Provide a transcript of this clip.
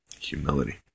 Humility